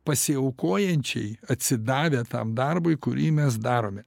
pasiaukojančiai atsidavę tam darbui kurį mes darome